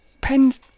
pens